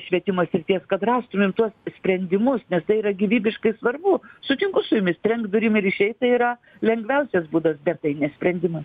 švietimo srities kad rastumėm tuos sprendimus nes tai yra gyvybiškai svarbu sutinku su jumis trenkt durim ir išeit tai yra lengviausias būdas bet tai ne sprendima